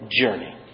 journey